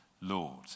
Lord